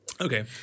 Okay